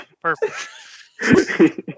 Perfect